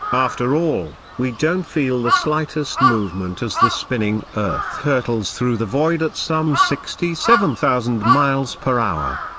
after all, we don't feel the slightest movement as the spinning earth hurtles through the void at some sixty seven thousand miles per hour.